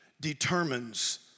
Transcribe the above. determines